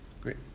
Great